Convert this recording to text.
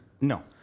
No